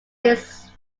his